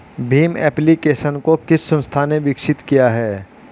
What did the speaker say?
Bhim application को किस संस्था ने विकसित किया है?